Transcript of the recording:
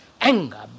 anger